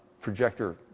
projector